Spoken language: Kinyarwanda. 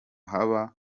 haba